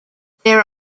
there